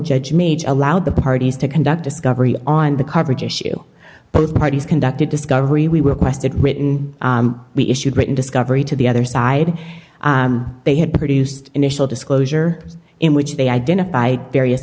judge major allowed the parties to conduct discovery on the coverage issue both parties conducted discovery we were written we issued written discovery to the other side they had produced initial disclosure in which they identify various